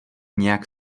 nějak